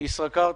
מישראכרט,